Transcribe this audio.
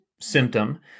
symptom